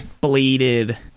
bladed